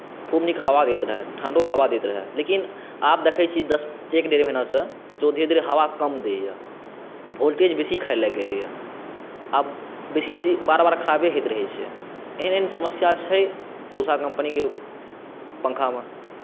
खूब नीक हवा दैत रहै ठण्डो हवा दैत रहै लेकिन आब देखै छी दस एक डेढ़ महिनासँ जे ओ धीरे धीरे हवा कम दैए वोल्टेज बेसी खाए लागल अइ आब बेसी बेसी बेर बेर खराबे होइत रहै छै एहन एहन समस्या छै उषा कम्पनीके पँखामे